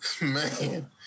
Man